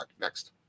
Next